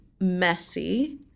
messy